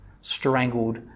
strangled